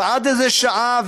ועד איזה שעה,